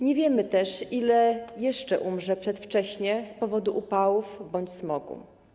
Nie wiemy też, ile jeszcze umrze przedwcześnie z powodu upałów bądź smogu.